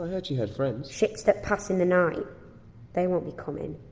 ah heard she had friends ships that pass in the night they won't be coming.